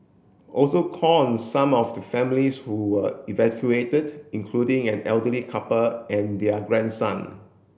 also call on some of the families who were evacuated including an elderly couple and their grandson